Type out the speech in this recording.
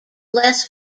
less